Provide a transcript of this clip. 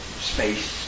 space